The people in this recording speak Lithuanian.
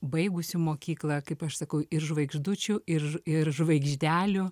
baigusių mokyklą kaip aš sakau ir žvaigždučių ir ir žvaigždelių